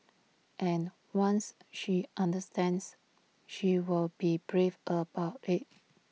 and once she understands she will be brave about IT